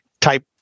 type